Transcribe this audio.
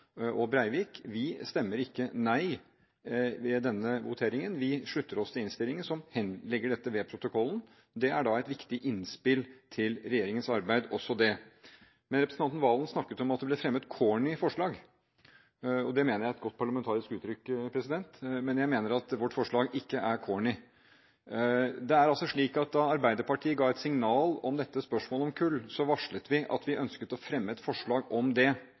og Breivik: Vi stemmer ikke nei ved denne voteringen. Vi slutter oss til innstillingen, som legger dette ved protokollen. Det er et viktig innspill til regjeringens arbeid, også det. Representanten Serigstad Valen snakket om at det ble fremmet «corny» forslag. Det mener jeg er et godt parlamentarisk uttrykk, president, men jeg mener at vårt forslag ikke er «corny». Da Arbeiderpartiet ga et signal om spørsmålet om kull, varslet vi at vi ønsket å fremme et forslag om temaet kull. Dagen etter kom det